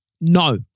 No